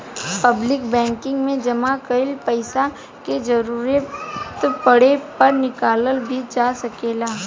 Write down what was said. public banking में जामा कईल पइसा के जरूरत पड़े पर निकालल भी जा सकेला